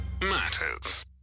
matters